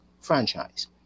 franchise